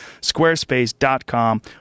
squarespace.com